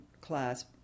class